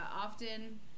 often